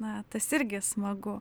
na tas irgi smagu